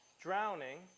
drowning